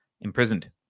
imprisoned